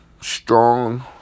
strong